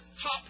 top